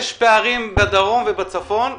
יש פערים בצפון ובדרום,